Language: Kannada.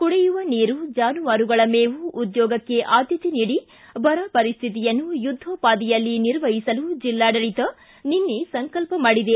ಕುಡಿಯುವ ನೀರು ಜಾನುವಾರುಗಳ ಮೇವು ಉದ್ಯೋಗಕ್ಕೆ ಆದ್ಯತೆ ನೀಡಿ ಬರ ಪರಿಸ್ಥಿತಿಯನ್ನು ಯುದ್ಧೋಪಾದಿಯಲ್ಲಿ ನಿರ್ವಹಿಸಲು ಜೆಲ್ಲಾಡಳಿತ ನಿನ್ನೆ ಸಂಕಲ್ಪ ಮಾಡಿದೆ